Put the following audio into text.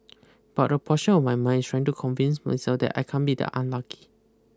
but a portion of my mind is trying to convince myself that I can't be that unlucky